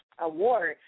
award